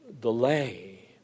delay